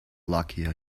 luckier